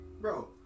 Bro